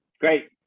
Great